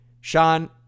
Sean